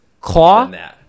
claw